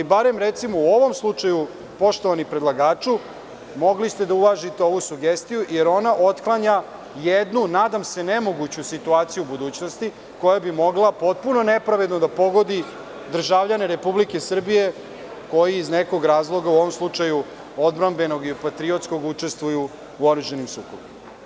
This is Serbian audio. U ovom slučaju, poštovani predlagaču, mogli ste da uvažite ovu sugestiju, jer ona otklanja jednu, nadam se, nemoguću situaciju u budućnosti koja bi mogla potpuno nepravedno da pogodi državljane Republike Srbije koji iz nekog razloga, u ovom slučaju odbrambenog i patriotskog, učestvuju u oružanim sukobima.